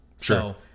Sure